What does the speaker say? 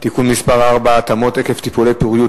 (תיקון מס' 4) (התאמות עקב טיפולי פוריות,